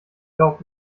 glaub